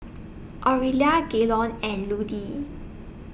Orelia Gaylon and Ludie